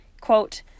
quote